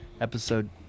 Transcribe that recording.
Episode